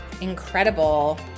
incredible